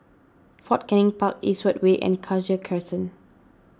Fort Canning Park Eastwood Way and Cassia Crescent